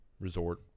resort